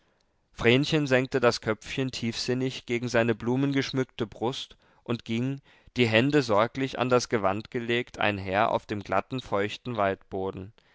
vrenchen senkte das köpfchen tiefsinnig gegen seine blumengeschmückte brust und ging die hände sorglich an das gewand gelegt einher auf dem glatten feuchten waldboden